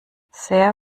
sehr